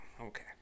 Okay